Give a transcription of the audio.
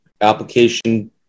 application